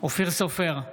אופיר סופר,